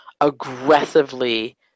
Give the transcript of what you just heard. aggressively